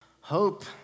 Hope